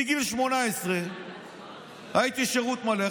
מגיל 18 הייתי בשירות מלא,